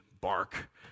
bark